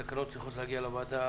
התקנות צריכות להגיע לוועדה.